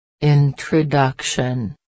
Introduction